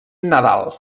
nadal